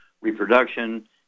reproduction